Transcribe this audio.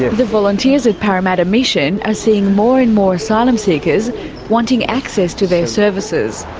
the volunteers at parramatta mission are seeing more and more asylum seekers wanting access to their services,